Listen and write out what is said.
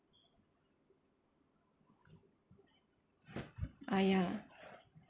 !aiya!